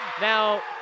Now